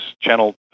Channel